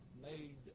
made